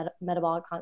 metabolic